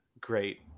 great